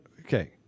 Okay